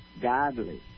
godly